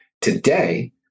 Today